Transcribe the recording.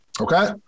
Okay